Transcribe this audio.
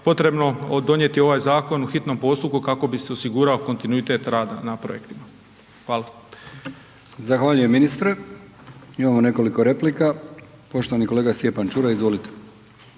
potrebno donijeti ovaj zakon u hitnom postupku kako bi se osigurao kontinuitet rada na projektima. **Brkić, Milijan (HDZ)** Zahvaljujem ministre. Imamo nekoliko replika. Poštovani kolega Stjepan Čuraj, izvolite.